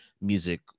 music